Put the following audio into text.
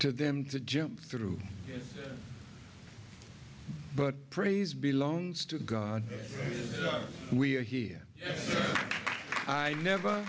to them to jump through but praise belongs to god we're here i never